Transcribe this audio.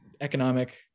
economic